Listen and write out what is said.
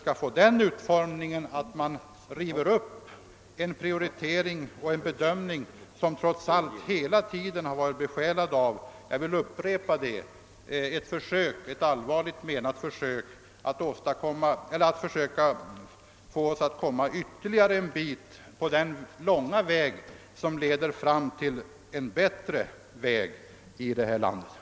En avgiftsfinansiering av vissa trafikanläggningar är enligt min uppfattning inte förenlig med våra nuvarande principer för vägbyggande och väginvesteringar.